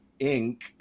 inc